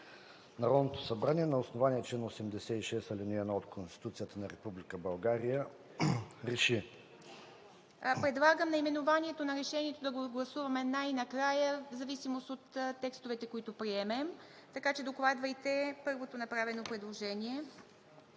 „Народното събрание на основание чл. 86, ал. 1 от Конституцията на Република България реши:“ ПРЕДСЕДАТЕЛ ИВА МИТЕВА: Предлагам наименованието на Решението да го гласуваме най-накрая в зависимост от текстовете, които приемем. Така че, докладвайте първото направено предложение.